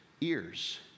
ears